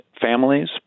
families